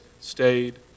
stayed